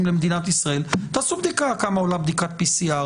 למדינת ישראל ותבדקו כמה עולה בדיקת PCR,